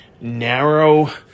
narrow